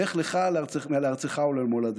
לך לך לארצך ולמולדתך.